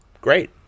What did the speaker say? Great